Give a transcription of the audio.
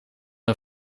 een